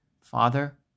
Father